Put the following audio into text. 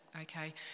Okay